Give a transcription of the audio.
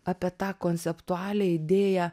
apie tą konceptualią idėją